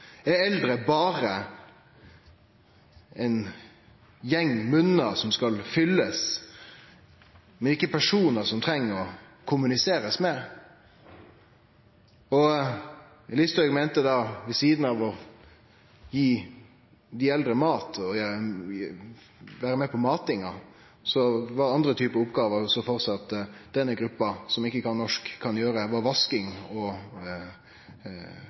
Er eldre berre ein gjeng munnar som skal fyllast, ikkje personar ein treng å kommunisere med? Og Listhaug meinte at ved sidan av å gi dei eldre mat og vere med på matinga, var den typen oppgåver som denne gruppa som ikkje kan norsk, kan gjere, vasking og